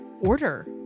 order